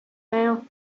now